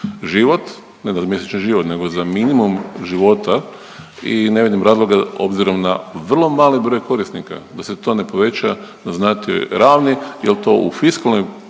život, ne za mjesečni život nego za minimum života i ne vidim razloga, obzirom na vrlo mali broj korisnika da se to ne poveća na .../Govornik se ne